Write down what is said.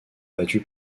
battue